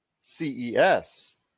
ces